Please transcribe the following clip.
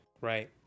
right